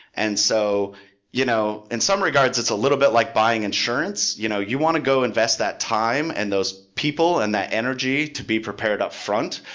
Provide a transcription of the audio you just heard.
and so you know in some regards, it's a little bit like buying insurance. you know you want to go invest that time and those people and that energy to be prepared upfront,